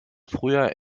früher